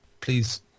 Please